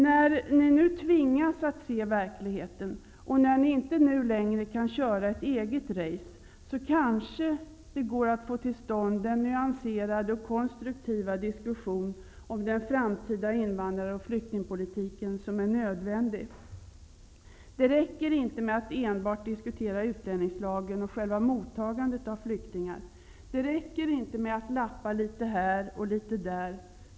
När ni nu tvingas att se verkligheten sådan den är och när ni inte längre kan köra eget race, kanske det går att få till stånd den nyanserade och konstruktiva diskussion om den framtida invandrar och flyktingpolitiken som är nödvändig. Det räcker inte med att enbart diskutera utlänningslagen och själva mottagandet av flyktingar. Det räcker inte heller med att lappa litet här och litet där.